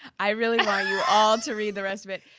i really want you all to read the rest of it.